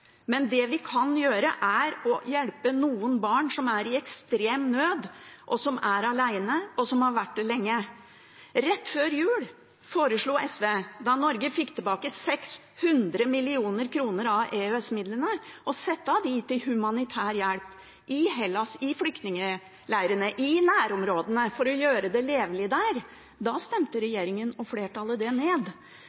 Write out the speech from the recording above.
Men det vi kan gjøre, er å hjelpe noen barn som er i ekstrem nød, som er alene, og som har vært det lenge. Rett før jul, da Norge fikk tilbake 600 mill. kr av EØS-midlene, foreslo SV å sette av dem til humanitær hjelp i Hellas, i flyktningleirene og i nærområdene for å gjøre det levelig der. Da stemte